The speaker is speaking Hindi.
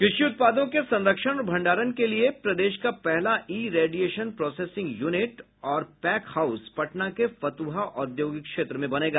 कृषि उत्पादों के संरक्षण और भंडारण के लिए प्रदेश का पहला ई रेडिएशन प्रोसेसिंग यूनिट और पैक हाउस पटना के फतुहा औद्योगिक क्षेत्र में बनेगा